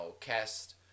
cast